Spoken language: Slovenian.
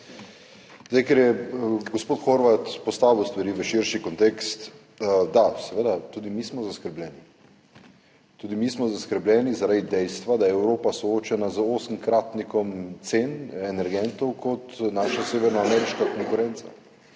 kratko. Ker je gospod Horvat postavil stvari v širši kontekst – da, seveda, tudi mi smo zaskrbljeni. Tudi mi smo zaskrbljeni zaradi dejstva, da je Evropa soočena z osemkratnikom cen energentov kot jih ima naša severnoameriška konkurenca,